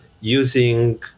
using